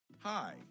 Hi